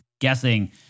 guessing